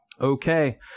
Okay